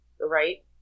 Right